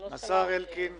ולא שלח --- השר אלקין,